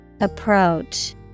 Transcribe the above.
Approach